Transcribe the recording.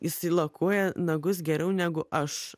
jisai lakuoja nagus geriau negu aš